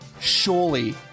surely